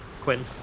Quinn